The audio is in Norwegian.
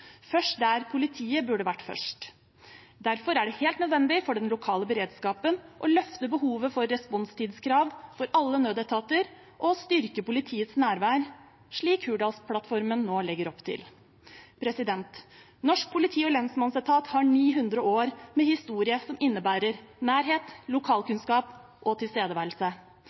først der politiet burde vært først. Derfor er det helt nødvendig for den lokale beredskapen å løfte behovet for responstidskrav for alle nødetater og å styrke politiets nærvær, slik Hurdalsplattformen nå legger opp til. Norsk politi- og lensmannsetat har 900 år med historie som innebærer nærhet, lokalkunnskap og tilstedeværelse.